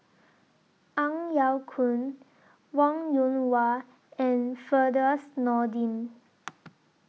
Ang Yau Choon Wong Yoon Wah and Firdaus Nordin